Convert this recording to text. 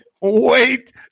Wait